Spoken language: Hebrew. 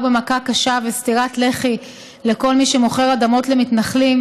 במכה קשה וסטירת לחי לכל מי שמוכר אדמות למתנחלים.